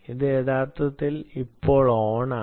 ഇത് യഥാർത്ഥത്തിൽ ഇപ്പോൾ ഓണാണ്